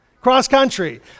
Cross-country